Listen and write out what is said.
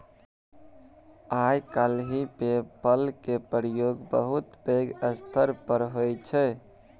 आइ काल्हि PayPal केर प्रयोग बहुत पैघ स्तर पर होइ छै